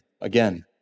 again